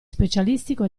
specialistico